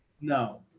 No